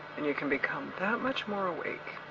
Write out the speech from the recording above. and you can become that much more awake.